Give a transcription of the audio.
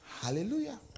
Hallelujah